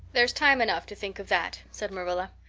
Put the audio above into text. there's time enough to think of that, said marilla.